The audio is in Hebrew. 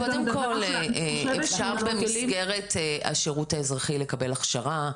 קודם כל אפשר במסגרת השירות האזרחי לקבל הכשרה,